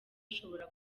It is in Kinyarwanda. ashobora